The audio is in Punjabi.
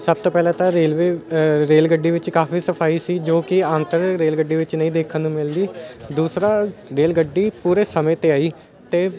ਸਭ ਤੋਂ ਪਹਿਲਾਂ ਤਾਂ ਰੇਲਵੇ ਰੇਲ ਗੱਡੀ ਵਿੱਚ ਕਾਫੀ ਸਫਾਈ ਸੀ ਜੋ ਕਿ ਅੰਤਰ ਰੇਲ ਗੱਡੀ ਵਿੱਚ ਨਹੀਂ ਦੇਖਣ ਨੂੰ ਮਿਲਦੀ ਦੂਸਰਾ ਰੇਲ ਗੱਡੀ ਪੂਰੇ ਸਮੇਂ 'ਤੇ ਆਈ ਅਤੇ